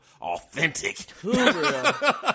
authentic